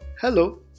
Hello